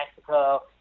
Mexico